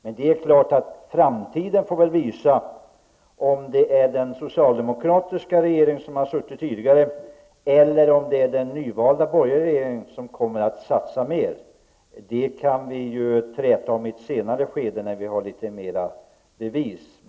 Men framtiden får väl utvisa om det är den tidigare socialdemokratiska regeringen som har satsat mest eller om den nyvalda borgerliga regeringen kommer att satsa mer. Detta kan vi ju träta om i ett senare skede när vi har fått ytterligare bevis.